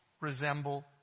resemble